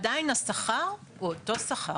עדיין השכר הוא אותו שכר.